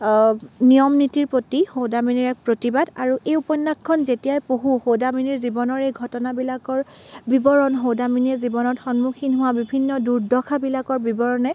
নিয়ম নীতিৰ প্ৰতি সৌদামিনীৰ এক প্ৰতিবাদ আৰু এই উপন্যাসখন যেতিয়াই পঢ়োঁ সৌদামিনীৰ জীৱনৰ এই ঘটনাবিলাকৰ বিৱৰণ সৌদামিনীয়ে জীৱনত সন্মুখীন হোৱা বিভিন্ন দুৰ্দশাবিলাকৰ বিৱৰণে